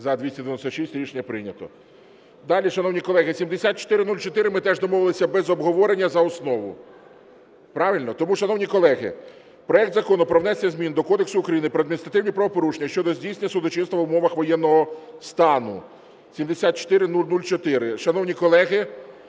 За-296 Рішення прийнято. Далі, шановні колеги, 7404. Ми теж домовилися без обговорення за основу. Правильно? Тому, шановні колеги, проект Закону про внесення змін до Кодексу України про адміністративні правопорушення щодо здійснення судочинства в умовах воєнного стану (7404). Шановні колеги,